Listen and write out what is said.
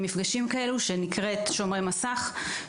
שם התוכנית היא "שומרי מסך"